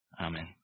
Amen